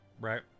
right